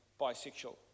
bisexual